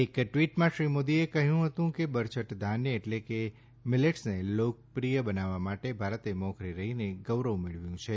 એક ટ્વીટમાં શ્રી મોદીએ કહ્યું હતું કે બરછટ ધાન્ય એટલે કે મિલેટ્સને લોકપ્રિય બનાવવા માટે ભારતે મોખરે રહીને ગૌરવ મેળવ્યું છે